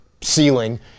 ceiling